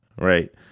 right